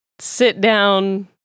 sit-down